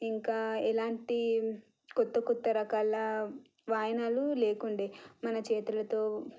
ఇంకా ఎలాంటి క్రొత్త క్రొత్త రకాల వాయనాలు లేకుండే మన చేతులతో